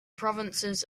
provinces